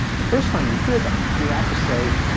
the first time you hear them, you're apt to say,